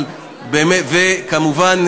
וכמובן,